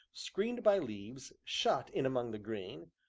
screened by leaves, shut in among the green,